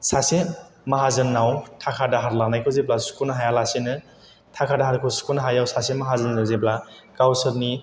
सासे माहाजोननाव थाखा दाहार लानायखौ जेब्ला सुख'नो हाया लासिनो थाखा दाहारखौ सुख'नो हायैआव सासे माहाजोना जेब्ला गावसोरनि